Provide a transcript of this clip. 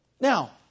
Now